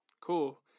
cool